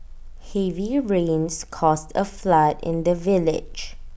heavy rains caused A flood in the village